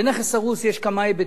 לנכס הרוס יש כמה היבטים.